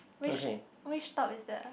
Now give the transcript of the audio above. which which stop is that ah